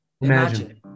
Imagine